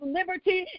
liberty